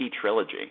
Trilogy